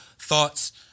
thoughts